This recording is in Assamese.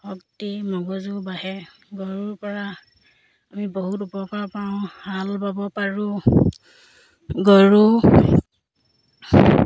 শক্তি মগজু বাঢ়ে গৰুৰপৰা আমি বহুত উপকাৰ পাওঁ হাল বাব পাৰোঁ গৰু